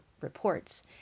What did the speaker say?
reports